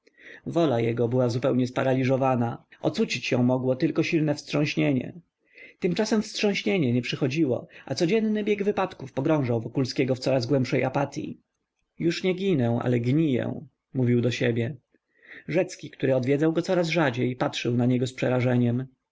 wola jego była zupełnie sparaliżowana ocucić ją mogło tylko silne wstrząśnienie tymczasem wstrząśnienie nie przychodziło a codzienny bieg wypadków pogrążał wokulskiego w coraz głębszej apatyi już nie ginę ale gniję mówił do siebie rzecki który odwiedzał go coraz rzadziej patrzył na niego z przerażeniem